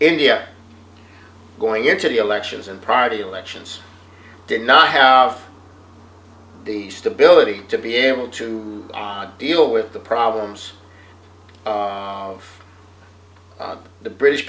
india going into the elections and prior to elections did not have the stability to be able to deal with the problems of the british